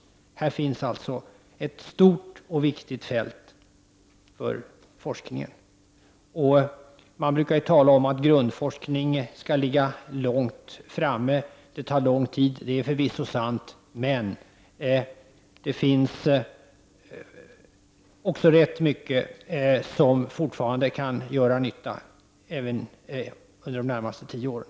Här finns alltså ett stort och viktigt fält för forskningen. Man brukar tala om att grundforskning skall ligga långt framme och att det tar lång tid. Det är förvisso sant, men det finns också rätt mycket som fortfarande kan göra nytta även under de närmaste tio åren.